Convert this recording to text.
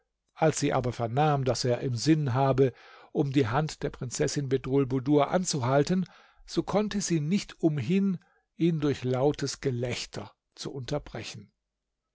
als sie aber vernahm daß er im sinn habe um die hand der prinzessin bedrulbudur anzuhalten so konnte sie nicht umhin ihn durch lautes gelächter zu unterbrechen